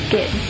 Good